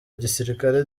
igisirikare